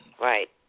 Right